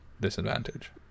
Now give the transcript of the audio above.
disadvantage